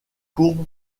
courbe